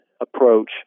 approach